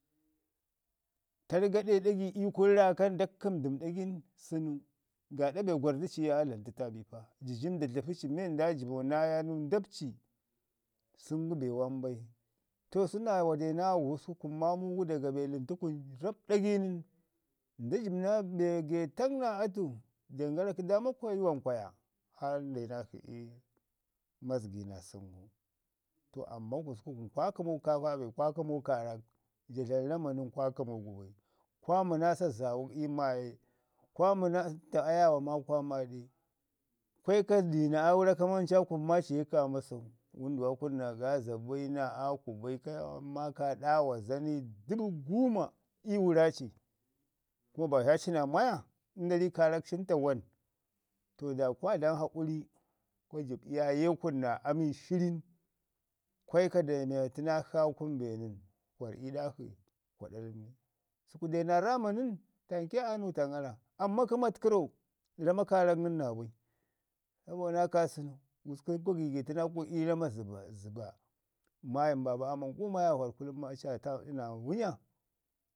targade ii kunu ra kan kkəm dəm ɗagin sənu, gaaɗa da gwarrji ci ya aa dlən təta bi pa. Jijim da dlapi ci men nda jəbau naa yaamau nda pəci, san gu be wambai. To səna wa de naa wa gusuku kun maamu gu daga be ləntu ku rrap ɗagi nən, nda jəb naa be getak naa atu, dlemən kə daama yuwan kwaya, har nda yi nakshi ii mazgai naa sən gu. To ammau gusku kun kwa kəmu gu ka be kun kwa kəmu kaarak. Ja dlamu rama nən kwa kəmu gu bai, kwa ma na saa zaa nuk ii maaye, kwa ni naa nta ayaawa maa kwa maaɗe, kwa iko diino aa vuwla kamanka kun, maa ci ye kaa masau. Mənduwa kan naa gaaza bai, naa aaku bai maa kaa ɗaawa zanai kə dubu guuma i wura ci, ko bazha ci naa maya, ənda ri kaarak cin tawan. To da kwan dlam hakuri kwa jəb iyaaye kun naa ami shirin. Ku ita aa kunu be nən, kwa rrə'i ɗak shi kwa ɗalmi. Səku de naa rrama nən tanke aa nuutan gara, amman kəma təku rro rama kaarak naabai. Sabo naa kaasənu gusku kwa giigiitu naa kun ii rana zəba. Maayin babu aaman guuma ya vaɗ kullum maa aci aa taɗi naa wunya,